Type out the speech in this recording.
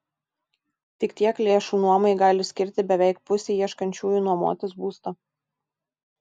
tik tiek lėšų nuomai gali skirti beveik pusė ieškančiųjų nuomotis būstą